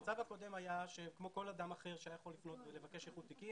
המצב הקודם היה שכמו כל אדם אחר שהיה יכול לבקש איחוד תיקים,